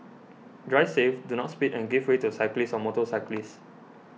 drive safe do not speed and give way to cyclists or motorcyclists